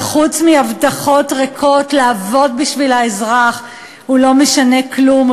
וחוץ מהבטחות ריקות לעבוד בשביל האזרח הוא לא משנה כלום,